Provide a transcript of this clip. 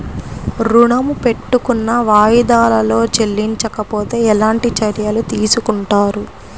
ఋణము పెట్టుకున్న వాయిదాలలో చెల్లించకపోతే ఎలాంటి చర్యలు తీసుకుంటారు?